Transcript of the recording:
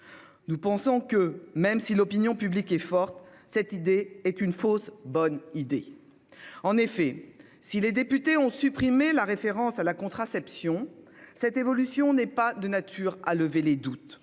Nous pensons que, même si l'opinion publique est forte, cette idée est une fausse bonne idée. En effet, si les députés ont supprimé la référence à la contraception, cette évolution n'est pas de nature à lever les doutes,